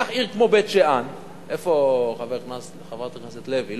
קח עיר כמו בית-שאן, איפה חברת הכנסת לוי?